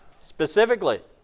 specifically